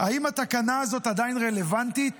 האם התקנה הזאת עדיין רלוונטית?